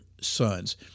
sons